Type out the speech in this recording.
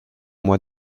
mois